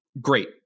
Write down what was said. great